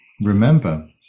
remember